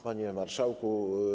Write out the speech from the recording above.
Panie Marszałku!